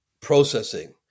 processing